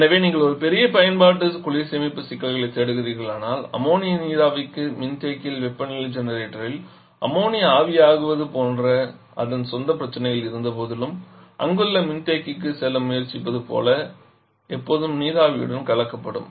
எனவே நீங்கள் ஒரு பெரிய பயன்பாட்டு குளிர் சேமிப்பு சிக்கலைத் தேடுகிறீர்களானால் அம்மோனியா நீராவிக்கு மின்தேக்கியில் வெப்பநிலை ஜெனரேட்டரில் அம்மோனியா ஆவியாகுவது போன்ற அதன் சொந்த பிரச்சினைகள் இருந்தபோதிலும் அங்குள்ள மின்தேக்கிக்குச் செல்ல முயற்சிப்பது போல எப்போதும் சில நீராவியுடன் கலக்கப்படும்